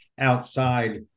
outside